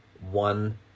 one